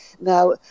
Now